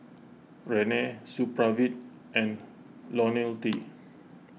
Rene Supravit and Ionil T